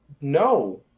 no